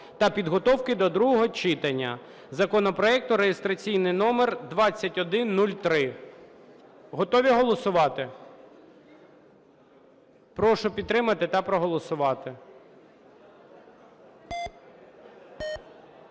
та підготовки до другого читання законопроекту реєстраційний номер 2103. Готові голосувати? Прошу підтримати та проголосувати.